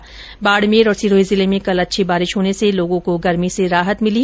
उधर बाडमेर और सिरोही जिले में कल अच्छी बारिश होने से लोगों को गर्मी से राहत मिली